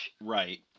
Right